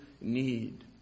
need